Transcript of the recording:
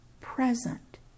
present